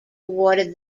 awarded